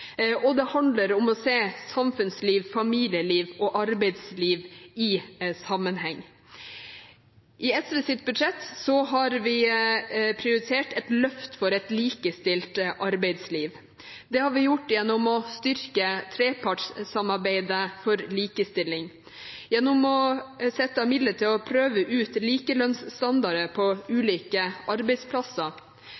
Det handler om å se samfunnsliv, familieliv og arbeidsliv i sammenheng. I SVs budsjett har vi prioritert et løft for et likestilt arbeidsliv. Det har vi gjort gjennom å styrke trepartssamarbeidet for likestilling, gjennom å sette av midler til å prøve ut likelønnsstandarder på ulike arbeidsplasser